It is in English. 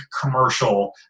commercial